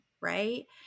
Right